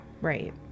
Right